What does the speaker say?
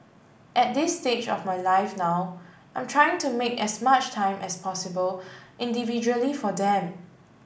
at this stage of my life now I'm trying to make as much time as possible individually for them